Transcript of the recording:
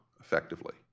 effectively